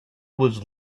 was